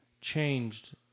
changed